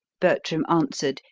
bertram answered,